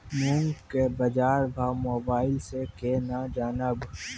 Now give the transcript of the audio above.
मूंग के बाजार भाव मोबाइल से के ना जान ब?